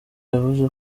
yavuze